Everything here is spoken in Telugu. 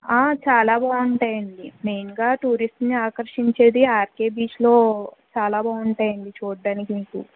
చాలా బాగుంటాయి అండి మెయిన్గా టూరిస్ట్ని ఆకర్షించేది ఆర్కే బీచ్లో చాలా బాగుంటాయి అండి చూడడానికి మీకు